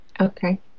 Okay